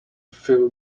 fill